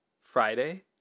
Friday